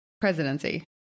Presidency